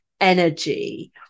energy